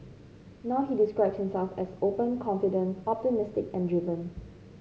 now he describes himself as open confident optimistic and driven